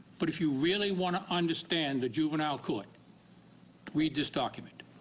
but if you really want to understand the juvenile court read this document.